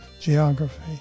geography